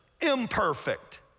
imperfect